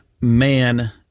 man